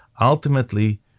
ultimately